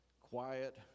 quiet